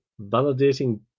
validating